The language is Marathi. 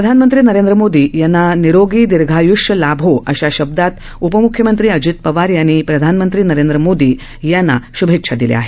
प्रधानमंत्री नरेंद्र मोदी यांना निरोगी दिर्घाय्ष्य लाभो अशा शब्दात उपमुख्यमंत्री अजित पवार यांनी प्रधानमंत्री नरेंद्र मोदी यांना त्यांच्या वाढदिवसानिमित शुभेच्छा दिल्या आहेत